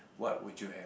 what would you have